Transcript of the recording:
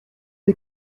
des